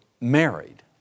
married